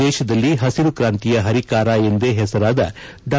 ದೇಶದಲ್ಲಿ ಹಸಿರು ಕ್ರಾಂತಿಯ ಹರಿಕಾರ ಎಂದೇ ಹೆಸರಾದ ಡಾ